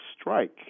strike